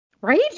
Right